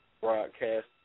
broadcast